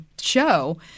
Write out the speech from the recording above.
show